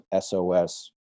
SOS